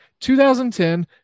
2010